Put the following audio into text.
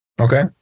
Okay